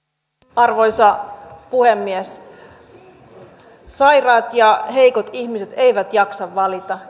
arvoisa puhemies sairaat ja heikot ihmiset eivät jaksa valita